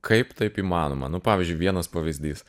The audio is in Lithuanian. kaip taip įmanoma nu pavyzdžiui vienas pavyzdys